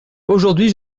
aujourd’hui